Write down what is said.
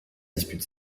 dispute